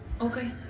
Okay